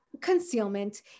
concealment